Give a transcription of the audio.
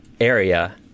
area